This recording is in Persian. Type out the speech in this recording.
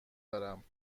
دارم